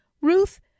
Ruth